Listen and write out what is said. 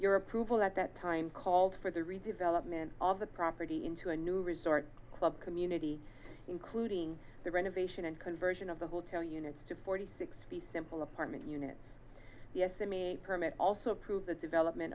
your approval at that time called for the redevelopment of the property into a new resort club community including the renovation and conversion of the hotel units to forty six p simple apartment units the estimate permit also approved the development